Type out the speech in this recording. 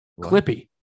Clippy